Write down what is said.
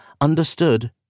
understood